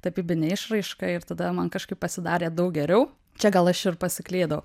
tapybinė išraiška ir tada man kažkaip pasidarė daug geriau čia gal aš ir pasiklydau